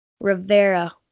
Rivera